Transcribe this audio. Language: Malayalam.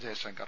ജയശങ്കർ